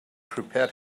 prepared